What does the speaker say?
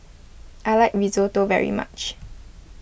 I like Risotto very much